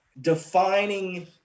defining